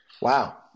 Wow